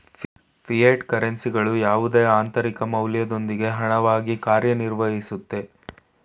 fiat ಕರೆನ್ಸಿಗಳು ಯಾವುದೇ ಆಂತರಿಕ ಮೌಲ್ಯದೊಂದಿಗೆ ಹಣವಾಗಿ ಕಾರ್ಯನಿರ್ವಹಿಸುತ್ತೆ